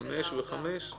חמש וחמש?